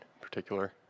particular